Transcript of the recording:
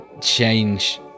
change